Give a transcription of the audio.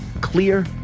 clear